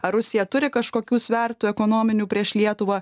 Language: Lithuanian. ar rusija turi kažkokių svertų ekonominių prieš lietuvą